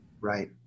Right